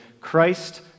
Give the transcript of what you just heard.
Christ